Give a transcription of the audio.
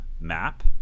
map